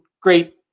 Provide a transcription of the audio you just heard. great